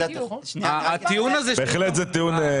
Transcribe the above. זה בהחלט טיעון צודק.